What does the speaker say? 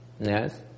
Yes